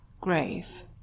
grave